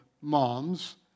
moms